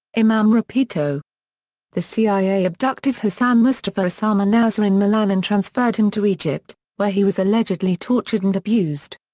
imam rapito the cia abducted hassan mustafa osama nasr in milan and transferred him to egypt, where he was allegedly tortured and abused.